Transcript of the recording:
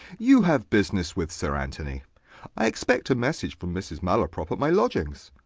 you have business with sir anthony i expect a message from mrs. malaprop at my lodgings.